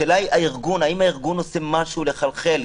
השאלה היא הארגון, האם הארגון עושה משהו לחלחל?